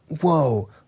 whoa